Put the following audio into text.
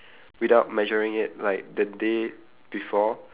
without measuring it like the day before